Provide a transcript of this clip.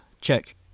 check